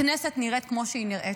הכנסת נראית כמו שהיא נראית.